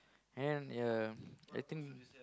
and ya I think